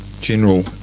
general